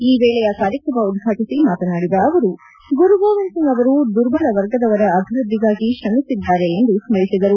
ಈ ವೇಳೆಯ ಕಾರ್ಯಕ್ರಮ ಉದ್ವಾಟಿಸಿ ಮಾತನಾಡಿದ ಅವರು ಗುರುಗೋವಿಂದ್ ಒಂಗ್ ಅವರು ದುರ್ಬಲ ವರ್ಗದವರ ಅಭಿವೃದ್ದಿಗಾಗಿ ಶ್ರಮಿಸಿದ್ದಾರೆ ಎಂದು ಸ್ಕರಿಸಿದರು